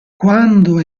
quando